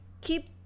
keep